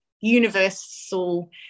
universal